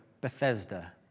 Bethesda